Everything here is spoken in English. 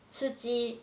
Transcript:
刺激